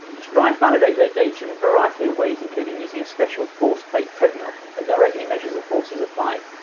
stryd validate their data in a variety of ways including using a special force plate treadmill that directly measures the forces applied.